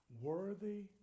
Worthy